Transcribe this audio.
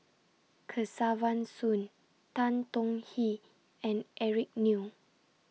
Kesavan Soon Tan Tong Hye and Eric Neo